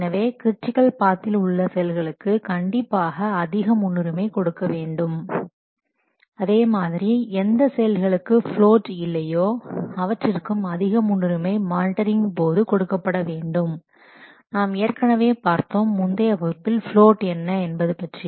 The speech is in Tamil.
எனவே கிரிட்டிக்கல் பாத்தில் உள்ள செயல்களுக்கு கண்டிப்பாக அதிக முன்னுரிமை கொடுக்க வேண்டும் அதே மாதிரி எந்த செயல்களுக்கு பிளோட் இல்லையோ அவற்றிற்கும் அதிக முன்னுரிமை மானிட்டரிங் போது கொடுக்கப்பட வேண்டும் நாம் ஏற்கனவே பார்த்தோம் முந்தைய வகுப்பில் பிளோட் என்ன என்பது பற்றி